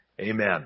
Amen